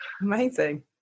Amazing